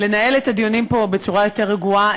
לנהל את הדיונים פה בצורה יותר רגועה.